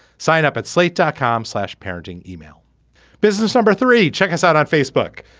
sign up at slate dot com slash parenting email business number three. check us out on facebook.